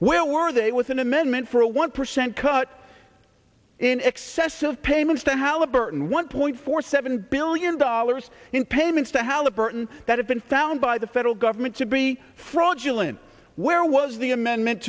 where were they with an amendment for a one percent cut in excessive payments to halliburton one point four seven billion dollars in payments to house burton that had been found by the federal government to be fraudulent where was the amendment